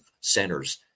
centers